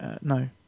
No